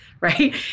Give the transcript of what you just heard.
right